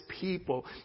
people